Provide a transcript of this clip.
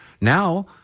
Now